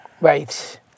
Right